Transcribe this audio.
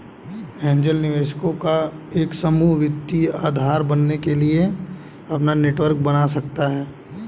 angel निवेशकों का एक समूह वित्तीय आधार बनने के लिए अपना नेटवर्क बना सकता हैं